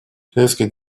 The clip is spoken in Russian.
китайская